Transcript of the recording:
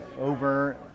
over